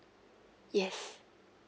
yes